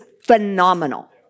phenomenal